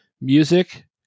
music